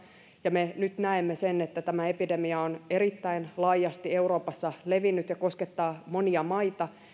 ja me nyt näemme että tämä epidemia on erittäin laajasti euroopassa levinnyt ja koskettaa monia maita niin